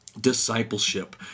discipleship